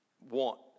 want